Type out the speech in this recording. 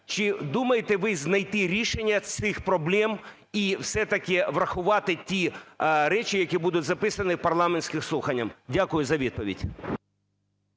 чи думаєте ви знайти рішення цих проблем і все-таки врахувати ті речі, які будуть записані в парламентських слуханнях? Дякую за відповідь.